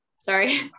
Sorry